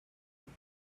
with